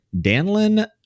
Danlin